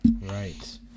right